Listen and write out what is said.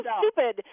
stupid